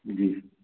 जी